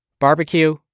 Barbecue